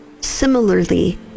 Similarly